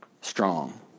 strong